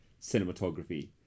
cinematography